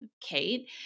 Kate